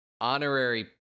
honorary